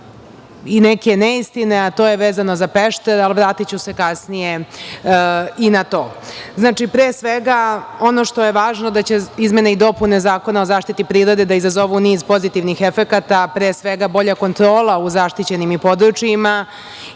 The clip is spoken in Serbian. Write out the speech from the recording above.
i neke neistine, a to je vezano za Pešter, ali vratiću se kasnije i na to. Pre svega, ono što je važno da će izmene i dopune Zakona o zaštiti prirode da izazovu niz pozitivnih efekata, pre svega bolja kontrola u zaštićenim područjima